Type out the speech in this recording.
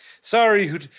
Sorry